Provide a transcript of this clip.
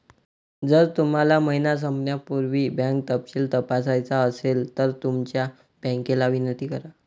जर तुम्हाला महिना संपण्यापूर्वी बँक तपशील तपासायचा असेल तर तुमच्या बँकेला विनंती करा